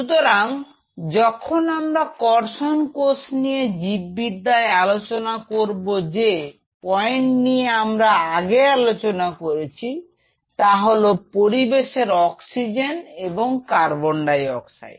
সুতরাং যখন আমরা কর্ষণ কোষ নিয়ে জীববিদ্যায় আলোচনা করব যে পয়েন্ট নিয়ে আমরা আগে আলোচনা করেছি তা হল পরিবেশের অক্সিজেন এবং কার্বন ডাই অক্সাইড